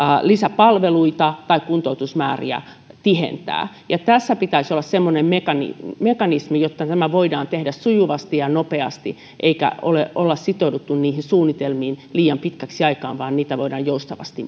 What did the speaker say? lisäpalveluita tai kuntoutusmääriä tihentää tässä pitäisi olla semmoinen mekanismi mekanismi jotta tämä voidaan tehdä sujuvasti ja nopeasti niin ettei olla sitouduttu suunnitelmiin liian pitkäksi aikaa vaan niitä voidaan joustavasti